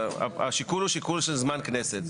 השיקול הוא שיקול של זמן כנסת,